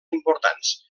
importants